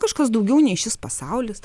kažkas daugiau nei šis pasaulis